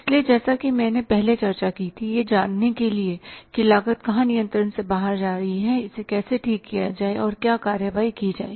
इसलिए जैसा कि मैंने पहले चर्चा की थी यह जानने के लिए कि लागत कहां नियंत्रण से बाहर जा रही है इसे कैसे ठीक किया जाए और क्या कार्रवाई की जाए